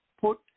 put